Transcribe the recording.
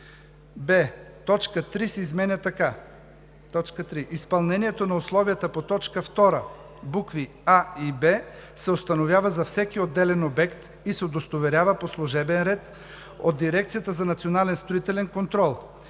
б) точка 3 се изменя така: „3. изпълнението на условията по т. 2, букви „а“ и „б“ се установява за всеки отделен обект и се удостоверява по служебен ред от Дирекцията за национален строителен контрол;